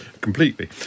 completely